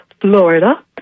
Florida